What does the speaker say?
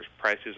Prices